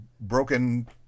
broken